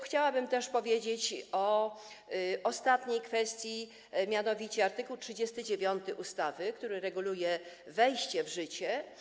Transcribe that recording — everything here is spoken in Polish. Chciałabym też powiedzieć o ostatniej kwestii, mianowicie o art. 39 ustawy, który reguluje jej wejście w życie.